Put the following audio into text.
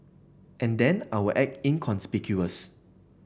and then I will act inconspicuous